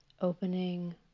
opening